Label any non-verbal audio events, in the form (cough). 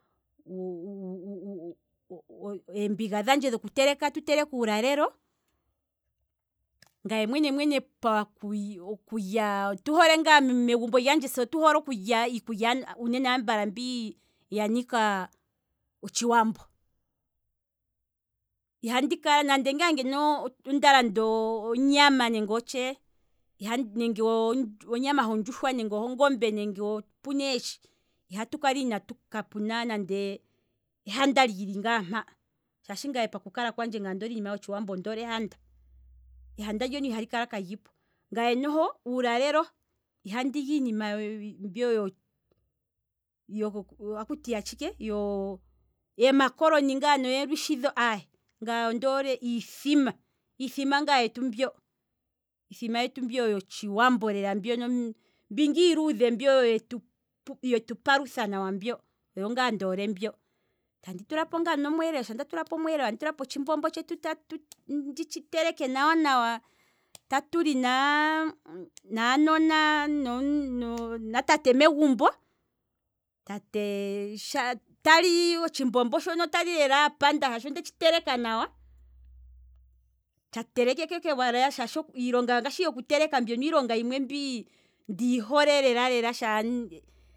(hesitation) eembiga dhandje dhoku teleka tu teleke uulalelo, ngaye mwene mwene pakulya. ngaye megumbo lyandje otuhole ngaa uunene nene okulya iikulya mbi yanika otshiwambo, ihandi kala nande ngaa ngeno, onda landa onyama hongombe nenge otshee. nenge atu teleke eeshi, ihapu kala kapuna nande ehanda, shaashi ngaye ondoole iikulya yotshiwambo, paku kala kwandje onddole iinima yotshiwambo, ondoole ehanda, ehanda ndono ihali kala kalipo, ngaye noho uulalelo ihandi li iinima mbyono yoko, akuti yatshike, yooo emakoloni ngaa dho neelushi ngaa dho, ngaye ondoole iithima, iithima ngaa yetu mbyo, iithima ngaa yetu mbyo yotshiwambo, mbi ngaa iiludhe mbyo yetu palutha nawa mbyo, oyo ngaa ndoole mbyo, tatu li naa- naa nona noo natate megumbi, tate tali otshithima shoka shaashi ondetshi teleka nawa, iilonga mbyono yoku teleka iilonga ndiyi hole lela lela sha